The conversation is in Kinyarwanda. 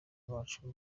bacu